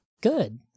Good